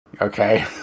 Okay